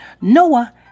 Noah